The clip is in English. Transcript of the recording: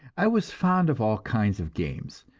i was fond of all kinds of games.